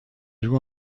joua